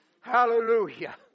Hallelujah